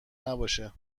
نباشه